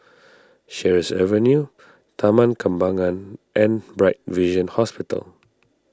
Sheares Avenue Taman Kembangan and Bright Vision Hospital